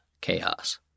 chaos